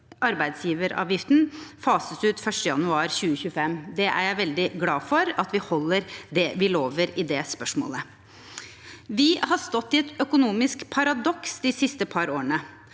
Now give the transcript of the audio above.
arbeidsgiveravgiften fases ut 1. januar 2025. Jeg er veldig glad for at vi holder det vi lover i det spørsmålet. Vi har stått i et økonomisk paradoks de siste par årene.